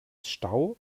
stau